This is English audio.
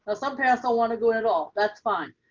ah some parents don't want to go in at all. that's fine.